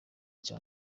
cya